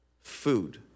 Food